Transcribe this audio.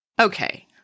Okay